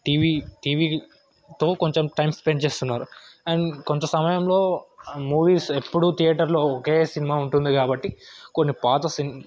TV టీవీతో కొంచెం time spend చేస్తున్నరు అండ్ కొంచెం సమయంలో మూవీస్ ఎప్పుడూ థియేటర్లో ఒకే సినిమా ఉంటుంది కాబట్టి కొన్ని పాత